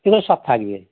এগুলো সব থাকবে